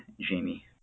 Jamie